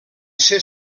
ser